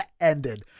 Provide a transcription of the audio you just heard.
Ended